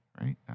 Right